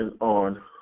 on